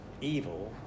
evil